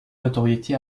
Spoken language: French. notoriété